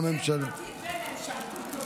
פרטית וממשלתית.